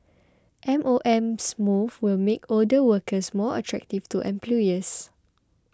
M O M moves will make older workers more attractive to employers